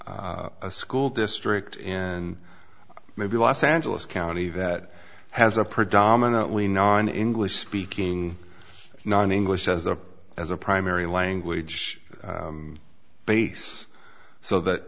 school district and maybe los angeles county that has a predominantly non english speaking non english as a as a primary language base so that